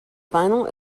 final